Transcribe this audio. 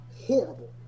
horrible